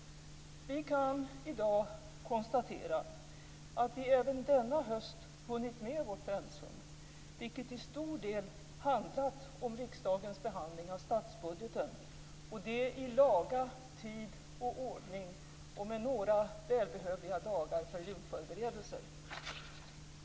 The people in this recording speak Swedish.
Vi kan i dag konstatera att vi även denna höst hunnit med vårt pensum, vilket till stor del handlat om riksdagens behandling av statsbudgeten, och det i laga tid och ordning - och med några välbehövliga dagar för julförberedelser.